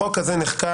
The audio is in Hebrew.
החוק הזה נחקק